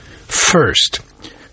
First